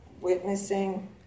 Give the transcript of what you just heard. witnessing